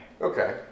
Okay